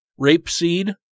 Rapeseed